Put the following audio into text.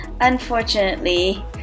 Unfortunately